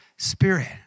Spirit